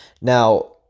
Now